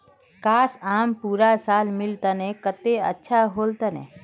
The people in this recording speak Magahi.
काश, आम पूरा साल मिल तने कत्ते अच्छा होल तने